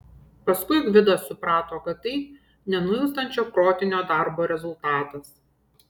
paskui gvidas suprato kad tai nenuilstančio protinio darbo rezultatas